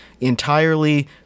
entirely